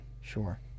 Sure